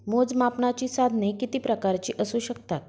मोजमापनाची साधने किती प्रकारची असू शकतात?